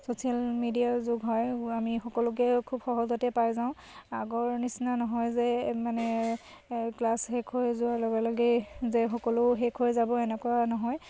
social মিডিয়াৰ যুগ হয় আমি সকলোকে খুব সহজতে পাই যাওঁ আগৰ নিচিনা নহয় যে মানে ক্লাছ শেষ হৈ যোৱাৰ লগে লগেই যে সকলো শেষ হৈ যাব এনেকুৱা নহয়